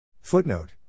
Footnote